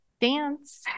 dance